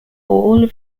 all